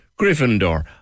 Gryffindor